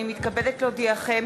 הנני מתכבדת להודיעכם,